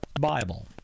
Bible